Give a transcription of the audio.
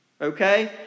okay